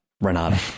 Renata